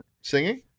Singing